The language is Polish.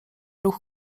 ruch